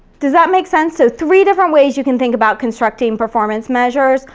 does that make sense? so three different ways you can think about constructing performance measures.